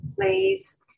please